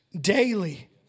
daily